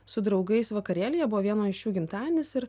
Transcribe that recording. su draugais vakarėlyje buvo vieno iš jų gimtadienis ir